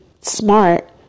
smart